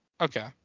Okay